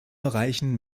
erreichen